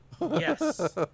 Yes